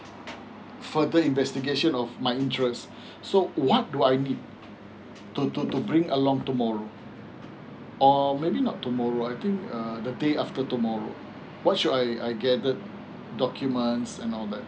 further investigation of my interest so what do I need to to to bring along tomorrow or maybe not tomorrow I think uh the day after tomorrow what should I gather documents or all that